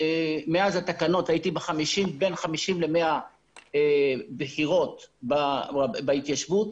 מאז התקנות הייתי בין 50 ל-100 בחירות בהתיישבות